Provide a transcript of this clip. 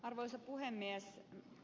arvoisa puhemies